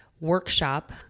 workshop